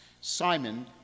Simon